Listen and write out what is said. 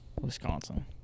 Wisconsin